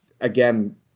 again